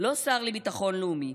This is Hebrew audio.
לא שר לביטחון לאומי,